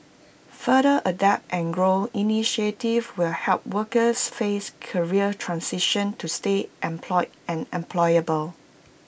further adapt and grow initiatives will help workers face career transitions to stay employed and employable